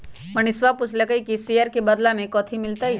मनीषा पूछलई कि ई शेयर के बदला मे कथी मिलतई